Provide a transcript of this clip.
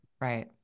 right